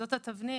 זאת התבנית.